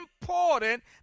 important